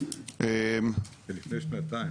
אם נסתכל על שנת 2023,